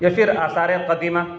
یا پھر آثار قدیمہ